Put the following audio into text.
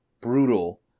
brutal